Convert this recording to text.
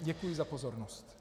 Děkuji za pozornost.